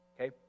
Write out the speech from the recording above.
okay